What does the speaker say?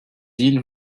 îles